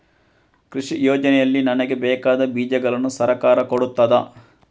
ಕೃಷಿ ಯೋಜನೆಯಲ್ಲಿ ನನಗೆ ಬೇಕಾದ ಬೀಜಗಳನ್ನು ಸರಕಾರ ಕೊಡುತ್ತದಾ?